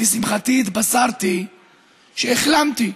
ולשמחתי התבשרתי שהחלמתי.